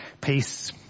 peace